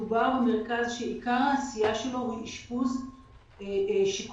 מדובר במרכז שעיקר העשייה שלו תהיה אשפוז שיקומי,